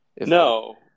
No